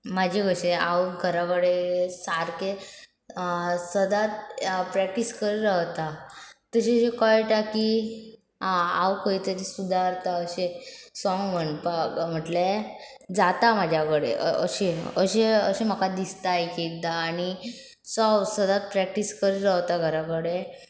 म्हाजे कशे हांव घरा कडे सारके सदांच प्रॅक्टीस करी रावता तशी अशें कळटा की आ हांव खंय तजें सुदारता अशें सोंग म्हणपाक म्हटले जाता म्हाज्या कडेन अशें अशें अशें म्हाका दिसता एक एकदां आनी सो हांव सदांच प्रॅक्टीस करी रावता घरााकडे